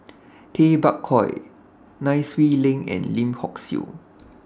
Tay Bak Koi Nai Swee Leng and Lim Hock Siew